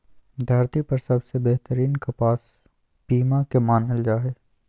धरती पर सबसे बेहतरीन कपास पीमा के मानल जा हय